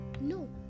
No